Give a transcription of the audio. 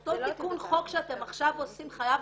אותו תיקון חוק שאתם עושים עכשיו חייב